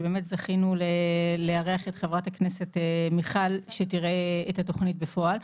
שבאמת זכינו לארח את חברת הכנסת מיכל שתראה את התוכנית בפועל.